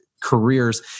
careers